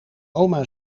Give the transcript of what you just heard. oma